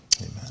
Amen